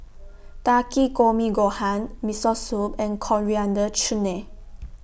Takikomi Gohan Miso Soup and Coriander Chutney